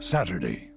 Saturday